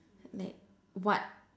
like what